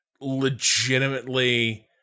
legitimately